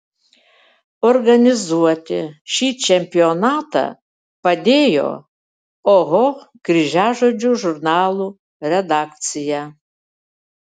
organizuoti šį čempionatą padėjo oho kryžiažodžių žurnalų redakcija